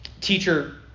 teacher